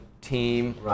team